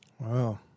Wow